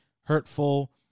hurtful